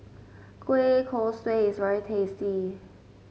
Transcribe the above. Kueh Kosui is very tasty